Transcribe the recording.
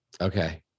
okay